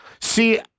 See